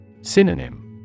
Synonym